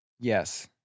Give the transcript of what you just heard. yes